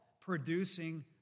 producing